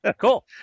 cool